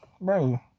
bro